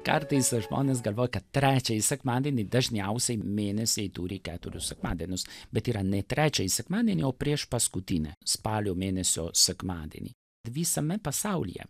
kartais žmonės galvoja kad trečiąjį sekmadienį dažniausiai mėnesiai turi keturis sekmadienius bet yra ne trečiąjį sekmadienį o priešpaskutinį spalio mėnesio sekmadienį visame pasaulyje